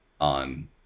on